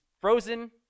frozen